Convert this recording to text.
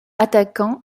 attaquant